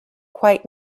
quite